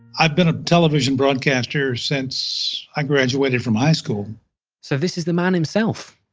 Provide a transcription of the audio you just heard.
i've been a television broadcaster since i graduated from high school so, this is the man himself.